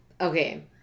okay